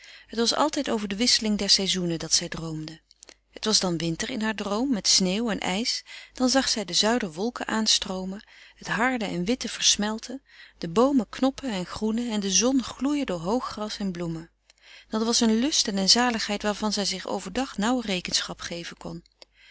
het was altijd over de wisseling der seizoenen dat zij droomde het was dan winter in haar droom met sneeuw en ijs dan zag zij de zuiderwolken aanstroomen het harde en witte versmelten de boomen knoppen en groenen en de zon gloeien door hoog gras en bloemen dat was een lust en een zaligheid waarvan zij zich overdag nauw rekenschap geven kon